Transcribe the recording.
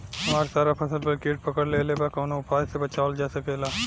हमर सारा फसल पर कीट पकड़ लेले बा कवनो उपाय से बचावल जा सकेला?